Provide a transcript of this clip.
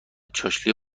چالشی